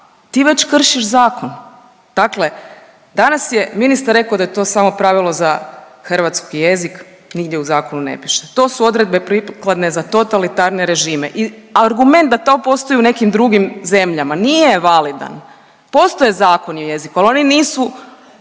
ti već kršiš zakon. Dakle, danas je ministar rekao da je to samo pravilo za hrvatski jezik, nigdje u zakonu ne piše. To su odredbe prikladne za totalitarne režime i argument da to postoji u nekim drugim zemljama nije validan. Postoje zakoni o jeziku, ali oni nisu